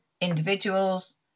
individuals